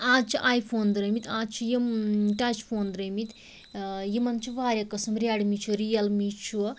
آز چھِ iPhone درٛٲمٕتۍ آز چھِ یِم ٹَچ فون درٛٲمٕتۍ یِمَن چھِ وارِیاہ قٕسم رٮ۪ڈمی چھِ رِیَلمی چھُ